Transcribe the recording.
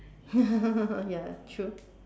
ya ya true